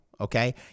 okay